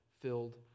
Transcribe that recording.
filled